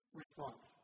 response